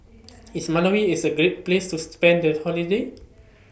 IS Malawi IS A Great Place to spend The Holiday